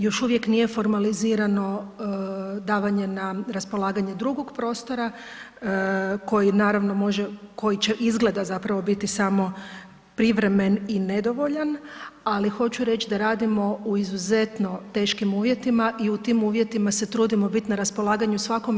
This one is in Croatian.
Još uvijek nije formalizirano davanje na raspolaganje drugog prostora, koji naravno može, koji će, izgleda zapravo, biti samo privremen i nedovoljan, ali hoću reći da radimo u izuzetno teškim uvjetima i u tim uvjetima se trudimo biti na raspolaganju svakome.